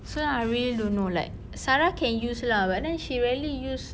so I really don't know like sarah can use lah but then she rarely use